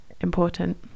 important